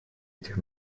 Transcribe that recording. этих